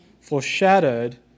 foreshadowed